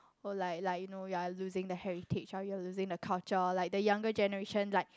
oh like like you know you are losing the heritage or you are losing the culture like the younger generation like